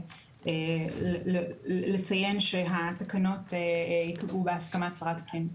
ולציין שהתקנות יקבעו בהסכמת שרת הפנים.